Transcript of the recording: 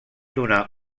donar